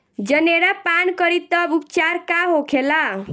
जनेरा पान करी तब उपचार का होखेला?